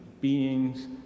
beings